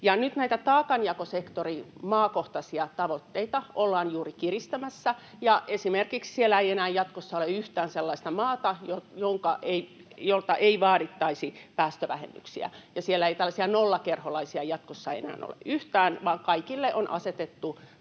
Nyt näitä taakanjakosektorin maakohtaisia tavoitteita ollaan juuri kiristämässä, ja esimerkiksi siellä ei enää jatkossa ole yhtään sellaista maata, jolta ei vaadittaisi päästövähennyksiä. Siellä ei tällaisia nollakerholaisia jatkossa enää ole yhtään, vaan kaikille on asetettu